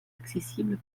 accessibles